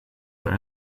are